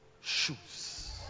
shoes